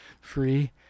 free